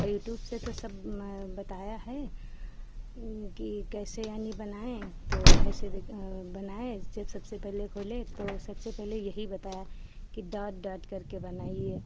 और यूट्यूब से तो सब बताया है कि कैसे यानी बनाएं तो ऐसे जो बनाएं जो सबसे पहले खोले तो सबसे पहले यही बताया कि डॉट डॉट करके बनाइए